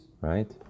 right